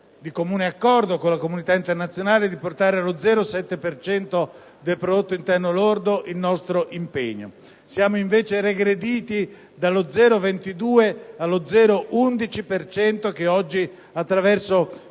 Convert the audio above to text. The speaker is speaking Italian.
di comune accordo con la comunità internazionale, di portare allo 0,7 per cento del PIL il nostro impegno. Siamo invece regrediti dallo 0,22 allo 0,11 per cento che oggi, attraverso